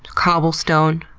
cobblestone.